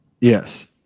Yes